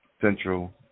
Central